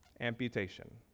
Amputation